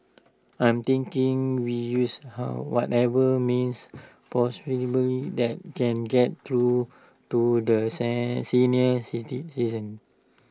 I am thinking we use how whatever means that can get through to the sent senior city citizens